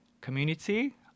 community